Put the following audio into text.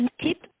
keep